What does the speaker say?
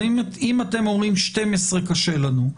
אם אתם אומרים: 12 קשה לנו,